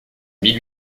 mille